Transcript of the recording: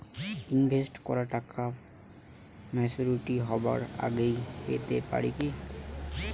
Invest করা টাকা maturity হবার আগেই পেতে পারি কি?